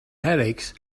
headaches